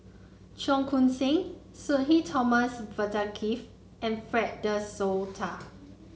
Cheong Koon Seng Sudhir Thomas Vadaketh and Fred De Souza